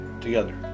together